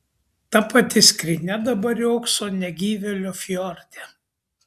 ta pati skrynia dabar riogso negyvėlio fjorde